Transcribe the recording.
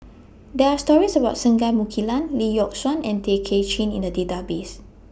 There Are stories about Singai Mukilan Lee Yock Suan and Tay Kay Chin in The Database